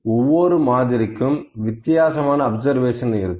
ஒவ்வொரு மாதிரிக்கும் வித்தியாசமான அப்சர்வேஷன் இருக்கும்